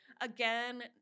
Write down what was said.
Again